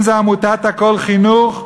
אם עמותת "הכול חינוך",